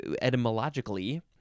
Etymologically